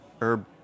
herb